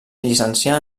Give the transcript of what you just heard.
llicencià